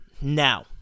Now